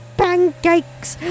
pancakes